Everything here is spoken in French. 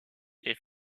est